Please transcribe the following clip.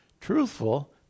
Truthful